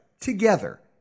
together